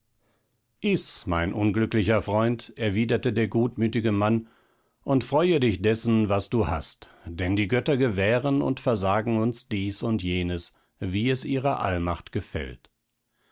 iß mein unglücklicher freund erwiderte der gutmütige mann und freue dich dessen was du hast denn die götter gewähren und versagen uns dies und jenes wie es ihrer allmacht gefällt